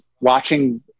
watching